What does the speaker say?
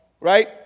Right